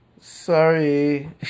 sorry